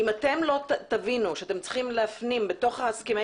אם אתם לא תבינו שאתם צריכים להפנים בתוך הסכמי